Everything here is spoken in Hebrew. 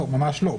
לא, ממש לא.